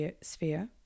sphere